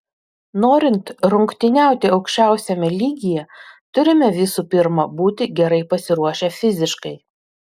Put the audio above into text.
norint rungtyniauti aukščiausiame lygyje turime visų pirma būti gerai pasiruošę fiziškai